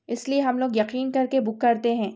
اس لیے ہم لوگ یقین کر کے بک کرتے ہیں